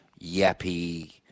yappy